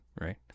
right